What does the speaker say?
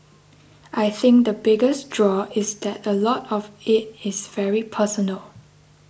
I think the biggest draw is that a lot of it is very personal